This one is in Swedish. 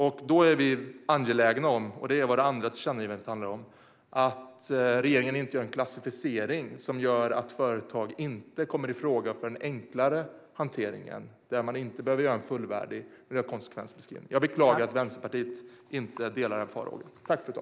Vi är angelägna om - det är vad vårt andra tillkännagivande handlar om - att regeringen inte gör en klassificering som gör att företag inte kommer i fråga för en enklare hantering där det inte behövs en fullvärdig miljökonsekvensbeskrivning. Jag beklagar att Vänsterpartiet inte delar denna farhåga.